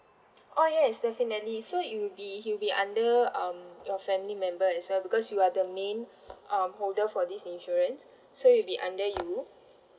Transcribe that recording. oh yes definitely so it'll be it'll be under um your family member as well because you are the main um holder for this insurance so it'll be under you